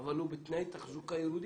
אבל הוא בתנאי תחזוקה ירודים.